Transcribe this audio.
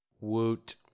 Woot